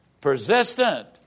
persistent